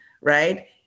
right